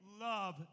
love